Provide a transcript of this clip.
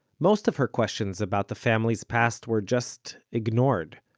most of her questions about the family's past were just ignored.